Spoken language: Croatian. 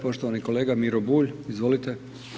Poštovani kolega Miro Bulj, izvolite.